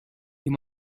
you